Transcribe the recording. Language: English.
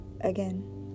again